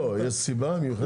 לא, יש סיבה מיוחדת?